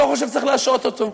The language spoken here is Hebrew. לא חושב שצריך להשעות אותו.